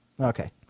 Okay